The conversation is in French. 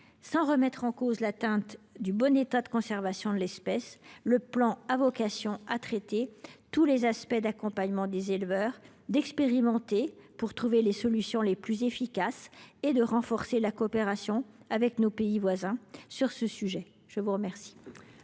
Sans remettre en cause le bon état de conservation de l’espèce, le plan a vocation à étudier tous les aspects de l’accompagnement des éleveurs. Il faut expérimenter ces pistes pour trouver les solutions les plus efficaces et renforcer la coopération avec nos pays voisins sur ce sujet. La parole